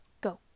go